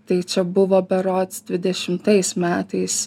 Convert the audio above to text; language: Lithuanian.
tai čia buvo berods dvidešimtais metais